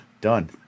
Done